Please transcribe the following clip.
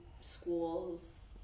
schools